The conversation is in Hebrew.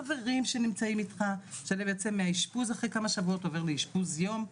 חברים שנמצאים אתך שזה בעצם אשפוז אחרי כמה שבועות עובר מאשפוז יום,